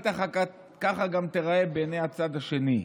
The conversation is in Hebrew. בטח ככה תיראה בעיני הצד השני.